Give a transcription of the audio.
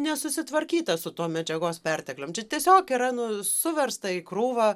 nesusitvarkyta su tuo medžiagos perteklium čia tiesiog yra nu suversta į krūvą